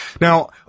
Now